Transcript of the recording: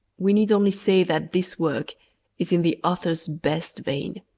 we need only say that this work is in the author's best vein,